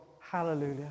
Hallelujah